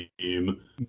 team